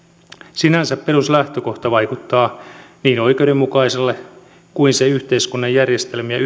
sinänsä peruslähtökohta vaikuttaa niin oikeudenmukaiselta kuin se yhteiskunnan järjestelmiä